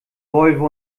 volvo